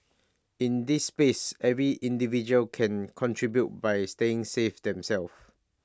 in this space every individual can contribute by staying safe themselves